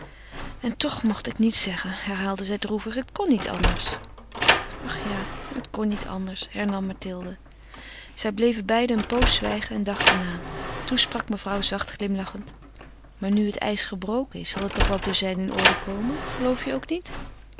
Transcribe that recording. en toch mocht ik niets zeggen herhaalde zij droevig het kon niet anders ach ja het kon niet anders hernam mathilde zij bleven beiden een pooze zwijgen en dachten na toen sprak mevrouw zacht glimlachend maar nu het ijs gebroken is zal het toch wel tusschen hen in orde komen geloof je ook niet